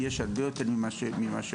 יש הרבה יותר ממה שחושבים.